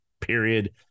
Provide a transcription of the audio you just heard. Period